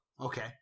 okay